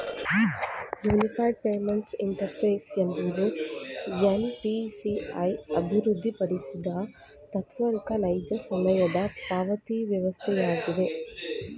unified payments interface ಎಂಬುದು NPCI ಅಭಿವೃದ್ಧಿಪಡಿಸಿದ ತ್ವರಿತ ನೈಜ ಸಮಯದ ಪಾವತಿವಸ್ಥೆಯಾಗಿದೆ